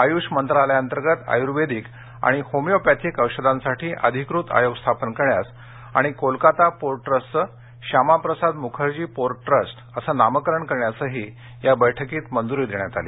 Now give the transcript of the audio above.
आयुष मंत्रालयाअंतर्गत आयुर्वेदिक आणि होमिओपॅथिक औषधांसाठी अधिकृत आयोग स्थापन करण्यास आणि कोलकाता पोर्ट ट्रस्टचं श्यामाप्रसाद मुखर्जी पोर्ट ट्रस्ट अस नामकरण करण्यासही या बैठकीत मंजुरी देण्यात आली